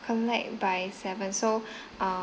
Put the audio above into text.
collect by seven so err